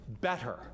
better